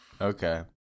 Okay